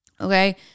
okay